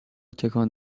تکان